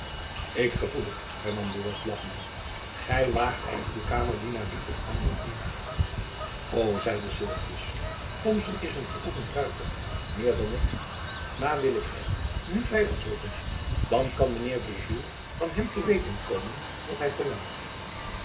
ik gevoel het hernam buat lachende gy waagt er uw kamerdienaar liever aan dan u o zeide sylvius thomson is een geöefend ruiter meer dan ik maar wil ik hem nu by ons roepen dan kan mijn heer de gourville van hem te weten komen wat hy verlangt